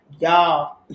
y'all